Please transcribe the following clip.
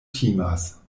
timas